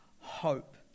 hope